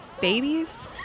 Babies